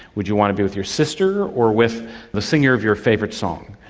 would you want to be with your sister or with the singer of your favourite song?